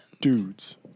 Dudes